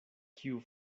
kiu